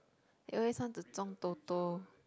they always want to 中 Toto